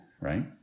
right